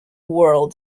world